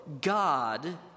God